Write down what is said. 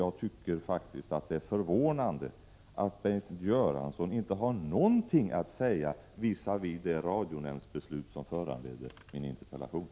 Jag tycker det är förvånande att Bengt Göransson inte har någonting att säga visavi det beslut i radionämnden som föranledde min interpellation.